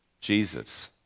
Jesus